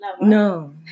No